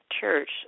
church